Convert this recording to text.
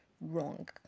wrong